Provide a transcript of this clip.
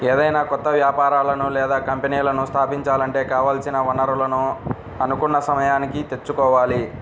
ఏదైనా కొత్త వ్యాపారాలను లేదా కంపెనీలను స్థాపించాలంటే కావాల్సిన వనరులను అనుకున్న సమయానికి తెచ్చుకోవాలి